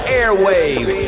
airwaves